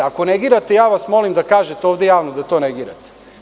Ako negirate, ja vas molim da kažete ovde javno da to negirate.